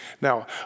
Now